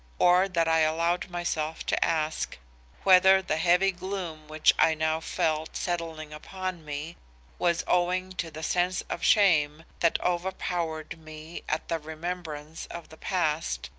or that i allowed myself to ask whether the heavy gloom which i now felt settling upon me was owing to the sense of shame that overpowered me at the remembrance of the past,